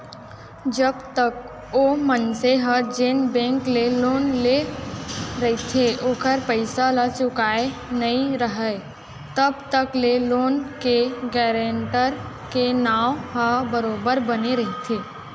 जब तक ओ मनसे ह जेन बेंक ले लोन लेय रहिथे ओखर पइसा ल चुकाय नइ राहय तब तक ले लोन के गारेंटर के नांव ह बरोबर बने रहिथे